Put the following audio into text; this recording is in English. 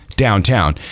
downtown